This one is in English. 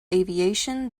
aviation